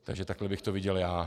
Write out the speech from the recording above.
Takže takhle bych to viděl já.